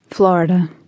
Florida